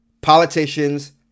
politicians